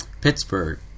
Pittsburgh